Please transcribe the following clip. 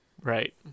Right